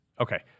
Okay